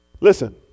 Listen